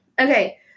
okay